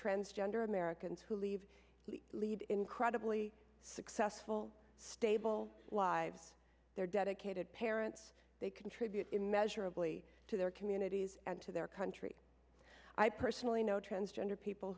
transgender americans who leave lead incredibly successful stable lives their dedicated parents they contribute immeasurably to their communities and to their country i personally know transgender people